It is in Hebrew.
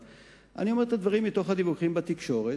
אני אומר את הדברים מתוך הדיווחים בתקשורת,